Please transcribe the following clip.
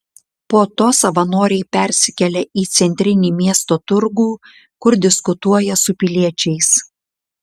po to savanoriai persikelia į centrinį miesto turgų kur diskutuoja su piliečiais